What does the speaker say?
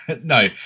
no